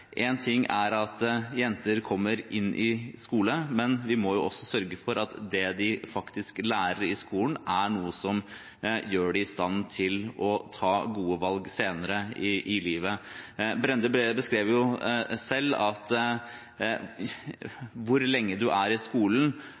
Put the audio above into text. ting er at jenter kommer inn i skolen, men vi må også sørge for at det de faktisk lærer i skolen, er noe som gjør dem i stand til å ta gode valg senere i livet. Brende beskrev selv at hvor lenge du er i skolen,